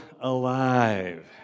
alive